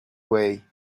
way